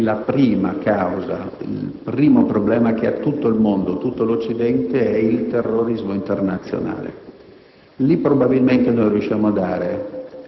Noi dobbiamo rimanere in Afghanistan, perché il primo problema che ha tutto il mondo, tutto l'Occidente è il terrorismo internazionale